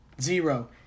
Zero